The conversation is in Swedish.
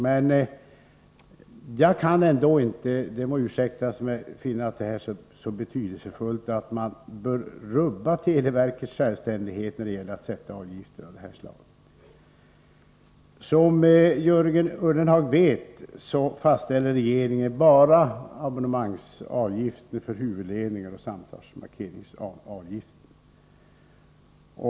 Men det må ursäktas mig om jag inte kan finna att detta är så betydelsefullt att man bör rubba televerkets självständighet när det gäller att sätta avgifter av detta slag. Som Jörgen Ullenhag vet fastställer regeringen bara abonnemangsavgifter för huvudledningar och samtalsmarkeringsavgifter.